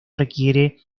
requiere